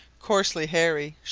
coarsely hairy,